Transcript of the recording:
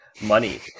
Money